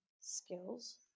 skills